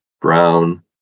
brown